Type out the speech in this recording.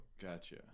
Gotcha